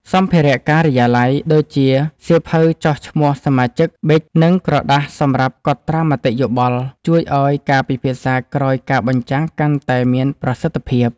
សម្ភារៈការិយាល័យ ដូចជាសៀវភៅចុះឈ្មោះសមាជិក ប៊ិច និងក្រដាសសម្រាប់កត់ត្រាមតិយោបល់ ជួយឱ្យការពិភាក្សាក្រោយការបញ្ចាំងកាន់តែមានប្រសិទ្ធភាព។